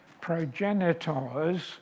progenitors